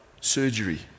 surgery